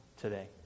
today